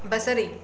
बसरी